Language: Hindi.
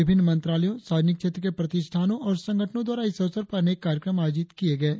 विभिन्न मंत्रालयों सार्वजनिक क्षेत्र के प्रतिष्ठानों और संगठनों द्वारा इस अवसर पर अनेक कार्यक्रम आयोजित किये जा रहे है